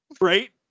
Right